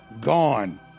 gone